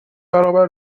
برابر